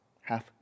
half